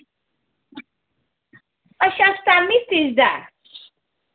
अच्छा semi stitched ऐ